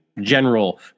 general